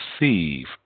receive